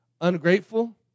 ungrateful